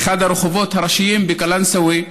באחד הרחובות הראשיים בקלנסווה.